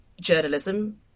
journalism